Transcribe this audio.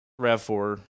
RAV4